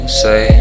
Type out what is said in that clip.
say